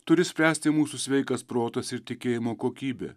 turi spręsti mūsų sveikas protas ir tikėjimo kokybė